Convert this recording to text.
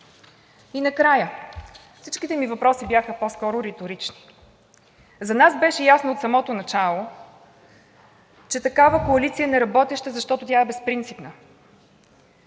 И накрая. Всичките ми въпроси бяха по-скоро риторични. За нас беше ясно от самото начало, че такава коалиция е неработеща, защото тя е безпринципна.